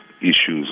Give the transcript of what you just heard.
issues